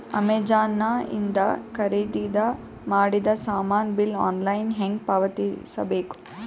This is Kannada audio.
ಅಮೆಝಾನ ಇಂದ ಖರೀದಿದ ಮಾಡಿದ ಸಾಮಾನ ಬಿಲ್ ಆನ್ಲೈನ್ ಹೆಂಗ್ ಪಾವತಿಸ ಬೇಕು?